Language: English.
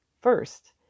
First